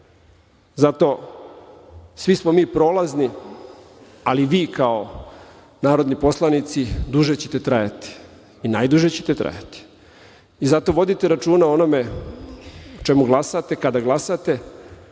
Zato svi smo mi prolazni, ali vi kao narodni poslanici duže ćete trajati i najduže ćete trajati, zato vodite računa o onome o čemu glasate, kada glasate,